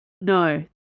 No